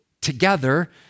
together